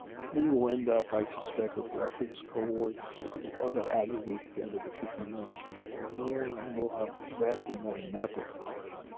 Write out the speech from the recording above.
we will end up, i suspect, with reference cohorts that aggregate together to fifty million people or more. and we'll have vastly more in the medical systems.